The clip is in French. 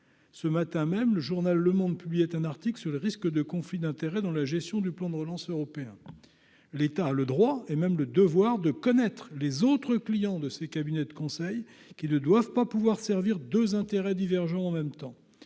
ce matin même le journal Le Monde publiait un article sur le risque de conflit d'intérêt dans la gestion du plan de relance européen, l'État a le droit et même le devoir, de connaître les autres clients de ces cabinets de conseil qui ne doivent pas pouvoir servir 2 intérêts divergents en même temps,